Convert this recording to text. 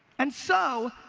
and so,